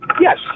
Yes